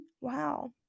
Wow